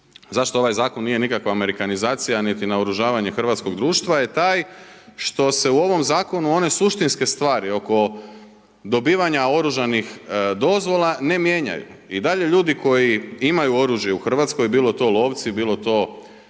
zašto ovaj zakon nije nikakva amerikanizacija niti naoružavanje hrvatskog društva je taj što se u ovoj zakonu one suštinske stvari oko dobivanja oružanih dozvola ne mijenjaju. I dalje ljudi koji imaju oružje u Hrvatskoj bilo to lovci, bilo do